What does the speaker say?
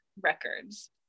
records